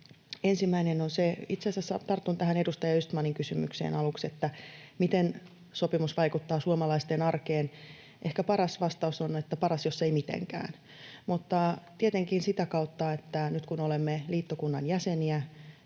tästä muutaman. Itse asiassa tartun aluksi tähän edustaja Östmanin kysymykseen, miten sopimus vaikuttaa suomalaisten arkeen. Ehkä paras vastaus on, että paras, jos ei mitenkään. Mutta tietenkin sitä kautta, kun nyt olemme liittokunnan jäseniä